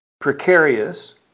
precarious